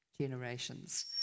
generations